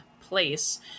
place